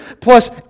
plus